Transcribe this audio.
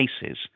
cases